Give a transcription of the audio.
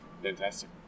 Fantastic